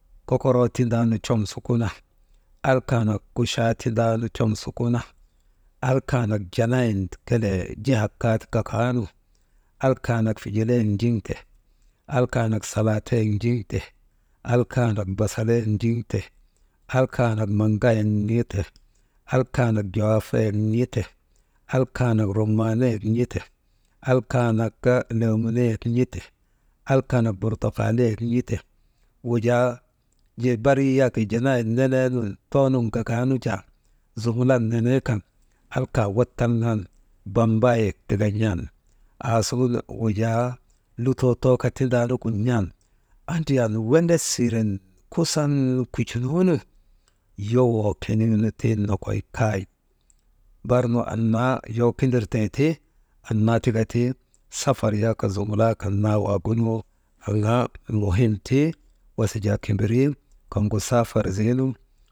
Kokoroo tindaanu com su kuna kuchaa tindaanu com su kuna, alkaanak janaayin kelee jihak ka ti kakaanu, alkaanak fijilaayek njiŋte, alkaanak salaatayek njiŋte, alkaanak basalayek njiŋte, alkanak maŋayek n̰ate, alkanak jowafaayek n̰ate, alkanat rumaanayek n̰ate, alkanat lenunayet n̰ate, alkanak burtuhalayek n̰ate, wujaa jee barii yak jaa janaayin neneenun toonun gagaanu jaa, zumulan neneekan alka wattalŋan bambaayet tika n̰an, aasuŋun wujaa, lutoo too kaa tindaanugu n̰an, andriyan welet siren kusan kujunoonu yowoo keniinu tiŋ nokoy kay barnu annaa yow kindirtee ti annaa tika ti, safar yak zumulan kan naa waagunu aŋaa muhimti, wasi jaa kimbiri, kaŋgu saafar ziinu.